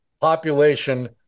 population